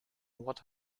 what